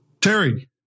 Terry